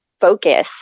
focus